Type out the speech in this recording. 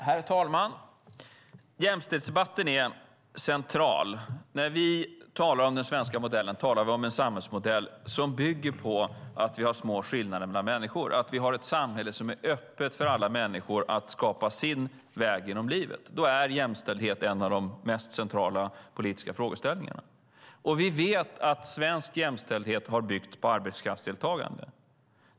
Herr talman! Jämställdhetsdebatten är central. När vi talar om den svenska modellen talar vi om en samhällsmodell som bygger på att vi har små skillnader mellan människor och att vi har ett samhälle som är öppet för alla människor att skapa sin väg genom livet. Då är jämställdhet en av de mest centrala politiska frågeställningarna. Vi vet att svensk jämställdhet har byggt på arbetskraftsdeltagande.